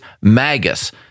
Magus